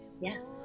Yes